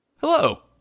Hello